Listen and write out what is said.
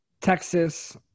Texas